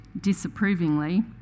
disapprovingly